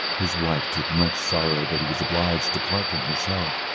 his wife took much sorrow that he was obliged to part from herself,